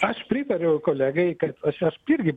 aš pritariau kolegai kad aš aš irgi